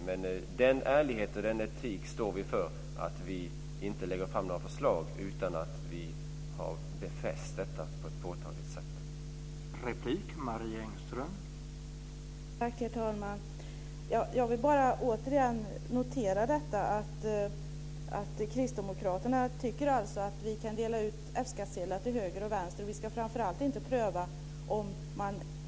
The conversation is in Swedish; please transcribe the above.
Men den ärligheten och etiken står vi för som innebär att vi inte lägger fram några förslag utan att vi har befäst dem på ett påtagligt sätt.